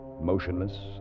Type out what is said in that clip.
motionless